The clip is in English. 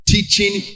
teaching